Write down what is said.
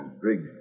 Briggs